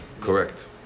Correct